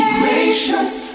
gracious